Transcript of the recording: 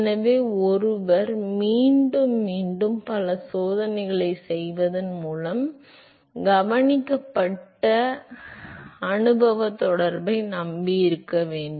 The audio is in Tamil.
எனவே ஒருவர் மீண்டும் மீண்டும் பல சோதனைகளைச் செய்வதன் மூலம் கவனிக்கப்பட்ட அனுபவத் தொடர்பை நம்பியிருக்க வேண்டும்